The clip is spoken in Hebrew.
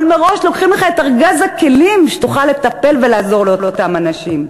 אבל מראש לוקחים לך את ארגז הכלים שאתם תוכל לטפל ולעזור לאותם אנשים.